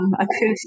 acoustic